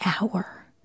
hour